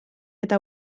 eta